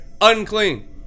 unclean